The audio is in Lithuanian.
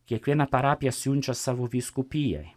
kiekviena parapija siunčia savo vyskupijai